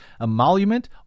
emolument